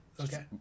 Okay